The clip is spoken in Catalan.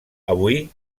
avui